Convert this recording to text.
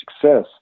success